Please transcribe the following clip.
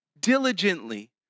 diligently